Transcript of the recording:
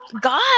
God